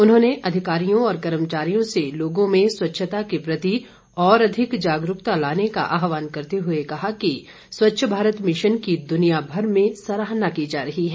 उन्होंने अधिकारियों और कर्मचारियों से लोगों में स्वच्छता के प्रति और अधिक जागरूकता लाने का आहवान करते हुए कहा कि स्वच्छ भारत मिशन की दुनियाभर में सराहना की जा रही है